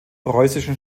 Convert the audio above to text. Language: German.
preußischen